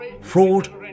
Fraud